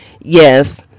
yes